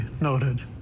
noted